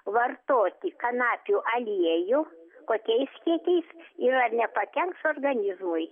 vartoti kanapių aliejų kokiais kiekiais ir ar nepakenks organizmui